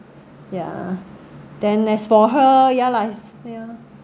ya then as for her ya lah ya